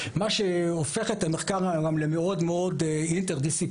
מה שהופך את המחקר למאוד מאוד אינטרדיסציפלינרי.